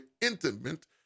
intimate